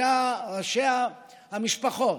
ראשי המשפחות,